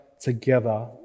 together